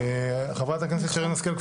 חברת הכנסת שרן השכל,